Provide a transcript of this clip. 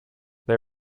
they